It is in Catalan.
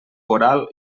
oral